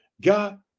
God